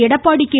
Edappadi K